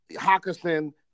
Hawkinson